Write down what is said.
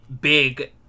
big